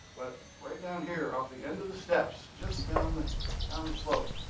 right down here, off the end of the steps, just down, and down the slope,